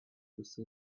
those